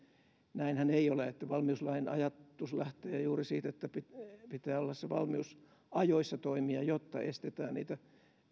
näinhän ei ole vaan valmiuslain ajatus lähtee juuri siitä että pitää olla se valmius toimia ajoissa jotta estetään niitä